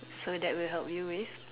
so that will help you with